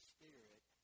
Spirit